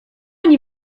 nim